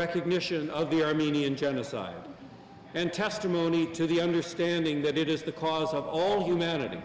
recognition of the armenian genocide and testimony to the understanding that it is the cause of all humanity